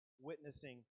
witnessing